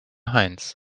heinz